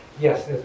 Yes